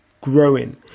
Growing